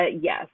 yes